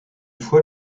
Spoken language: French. fois